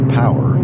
power